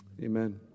amen